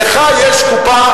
לך יש קופה,